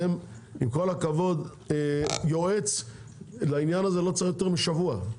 עם כל הכבוד, יועץ לעניין הזה לא צריך יותר משבוע.